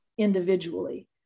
individually